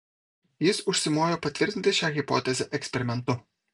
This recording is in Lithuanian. jis užsimojo patvirtinti šią hipotezę eksperimentu